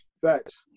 Facts